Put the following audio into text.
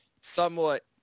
somewhat